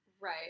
right